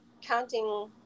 counting